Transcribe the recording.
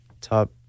top